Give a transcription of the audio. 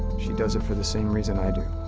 she does it for the same reason i do.